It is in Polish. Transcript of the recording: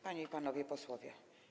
Panie i Panowie Posłowie!